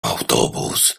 autobus